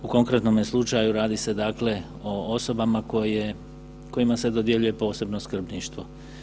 U konkretnome slučaju radi se, dakle o osobama koje, kojima se dodjeljuje posebno skrbništvo.